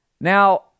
Now